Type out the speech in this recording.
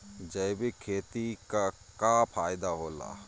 जैविक खेती क का फायदा होला?